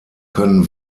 können